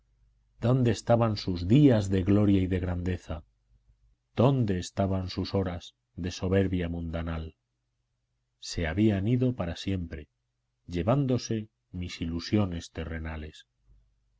dónde estaban sus días de gloria y de grandeza dónde estaban sus horas de soberbia mundanal se habían ido para siempre llevándose mis ilusiones terrenales